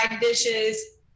dishes